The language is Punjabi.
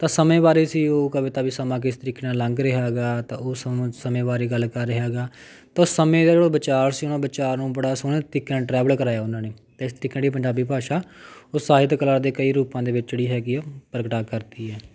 ਤਾਂ ਸਮੇਂ ਬਾਰੇ ਸੀ ਉਹ ਕਵਿਤਾ ਵੀ ਸਮਾਂ ਕਿਸ ਤਰੀਕੇ ਨਾਲ ਲੰਘ ਰਿਹਾ ਗਾ ਤਾਂ ਉਹ ਸਮ ਸਮੇਂ ਬਾਰੇ ਗੱਲ ਕਰ ਰਿਹਾ ਗਾ ਤਾਂ ਸਮੇਂ ਦਾ ਜਿਹੜਾ ਉਹ ਵਿਚਾਰ ਸੀ ਉਹਨਾਂ ਵਿਚਾਰ ਨੂੰ ਬੜਾ ਸੋਹਣੇ ਤਰੀਕੇ ਨਾਲ ਟਰੈਵਲ ਕਰਾਇਆ ਉਹਨਾਂ ਨੇ ਅਤੇ ਇਸ ਤਰੀਕੇ ਨਾਲ ਜਿਹੜੀ ਪੰਜਾਬੀ ਭਾਸ਼ਾ ਉਹ ਸਾਹਿਤ ਕਲਾ ਦੇ ਕਈ ਰੂਪਾਂ ਦੇ ਵਿੱਚ ਜਿਹੜੀ ਹੈਗੀ ਆ ਪ੍ਰਗਟਾ ਕਰਦੀ ਹੈ